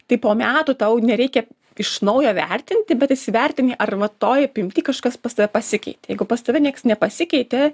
tai po metų tau nereikia iš naujo vertinti bet įsivertini ar va toj apimty kažkas pas tave pasikeitė jeigu pas tave nieks nepasikeitė